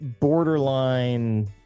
borderline